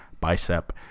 Bicep